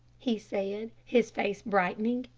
he said, his face brightening,